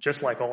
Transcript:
just like all